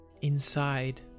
Inside